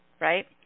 right